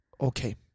okay